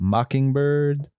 Mockingbird